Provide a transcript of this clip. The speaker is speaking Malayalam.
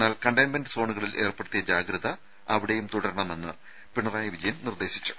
എന്നാൽ കണ്ടെയ്ൻമെന്റ് സോണുകളിൽ ഏർപ്പെടുത്തിയ ജാഗ്രത തുടരണമെന്ന് പിണറായി വിജയൻ നിർദ്ദേശിച്ചു